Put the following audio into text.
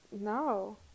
No